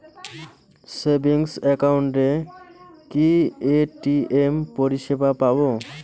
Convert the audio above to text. Savings একাউন্টে কি ATM পরিসেবা পাব?